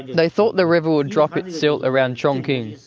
they thought the river would drop its silt around chongqing,